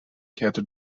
kehrte